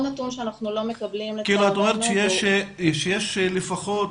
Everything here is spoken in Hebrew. את אומרת שיש לפחות,